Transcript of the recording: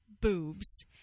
boobs